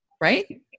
right